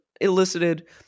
elicited